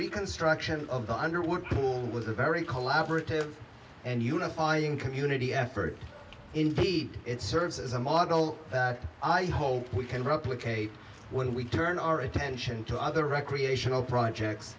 reconstruction of the underworld pool was a very collaborative and unifying community effort indeed it serves as a model that i hope we can replicate when we turn our attention to other recreational projects